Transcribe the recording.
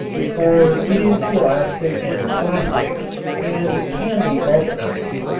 for it is elastic and plastic and can be vulcanized.